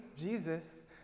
Jesus